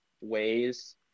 ways